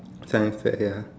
science fair ya